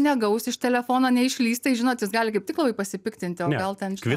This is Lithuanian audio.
negaus iš telefono neišlįs tai žinot jis gali kaip tik labai pasipiktinti o gal ten